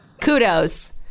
Kudos